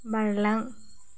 बारलां